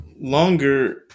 longer